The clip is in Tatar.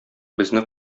безне